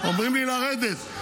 אומרים לי לרדת.